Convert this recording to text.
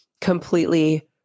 completely